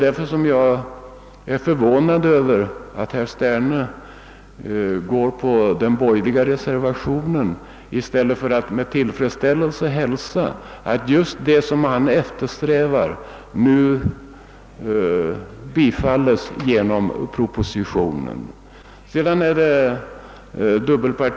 Därför är jag förvånad över att herr Sterne går på den borgerliga reservationen i stället för att med tillfredsställelse hälsa att just det som han eftersträvar nu åstadkommes genom propositionen.